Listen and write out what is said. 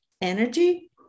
energy